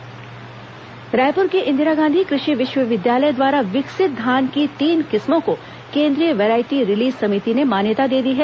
धान किस्म रायपुर के इंदिरा गांधी कृषि विश्वविद्यालय द्वारा विकसित धान की तीन किस्मों को केन्द्रीय वैरायटी रिलीज समिति ने मान्यता दे दी है